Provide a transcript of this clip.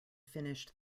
finished